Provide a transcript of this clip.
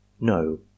no